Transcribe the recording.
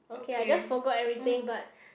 okay I just forgot everything but